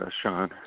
Sean